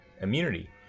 immunity